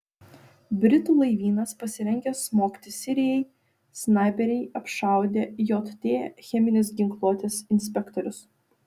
britų laivynas pasirengęs smogti sirijai snaiperiai apšaudė jt cheminės ginkluotės inspektorius